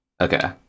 Okay